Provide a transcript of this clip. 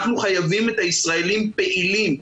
אנחנו חייבים את הישראלים פעילים.